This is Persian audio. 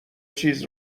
چیز